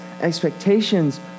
expectations